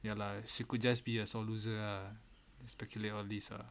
ya lah she could just be a sore loser ah or speculate all these ah